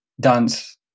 dance